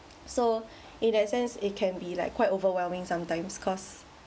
so in that sense it can be like quite overwhelming sometimes cause